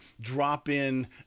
drop-in